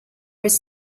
was